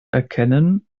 erkennen